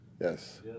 Yes